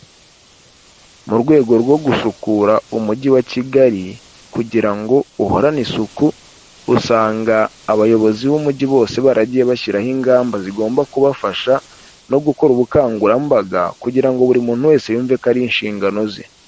Mu rwego rwo gusukura umujyi wa Kigali kugira ngo uhorane isuku, usanga abayobozi b'umujyi bose baragiye bashyiraho ingamba zigomba kubafasha no gukora ubukangurambaga, kugira ngo buri muntu wese yumve ko ari inshingano ze.